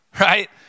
right